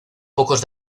pocos